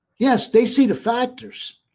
yes, they see the factors,